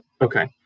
okay